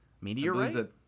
meteorite